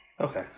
Okay